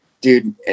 dude